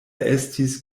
estis